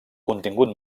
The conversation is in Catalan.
contingut